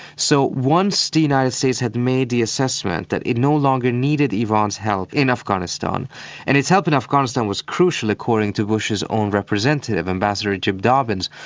so once the united states had made the assessment that it no longer needed iran's help in afghanistan and its help in afghanistan was crucial according to bush's own representative, ambassador jim dobbins,